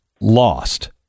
lost